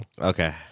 Okay